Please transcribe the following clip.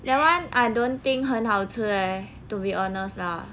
that one I don't think 很好吃 eh to be honest lah